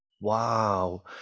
Wow